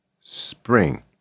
Spring